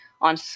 On